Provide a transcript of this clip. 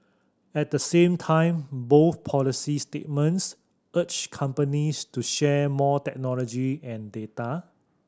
at the same time both policy statements urged companies to share more technology and data